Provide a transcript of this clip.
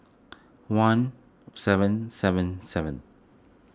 one seven seven seven